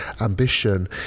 ambition